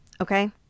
Okay